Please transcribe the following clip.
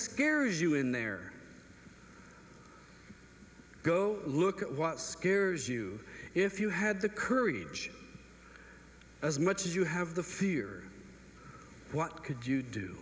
scares you in there go look at what scares you if you had the courage as much as you have the fear what could you do